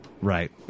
Right